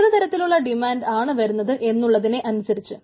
ഏതുതരത്തിലുള്ള ഡിമാൻഡ് ആണ് വരുന്നത് എന്നുള്ളതിനെ അനുസരിച്ച്